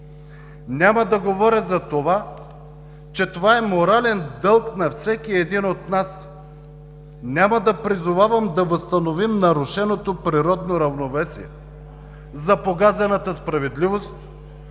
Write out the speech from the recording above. Няма да говоря за това, че е морален дълг на всеки от нас. Няма да призовавам да възстановим нарушеното природно равновесие за погазената справедливост,